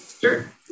Sure